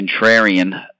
contrarian